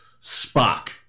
spock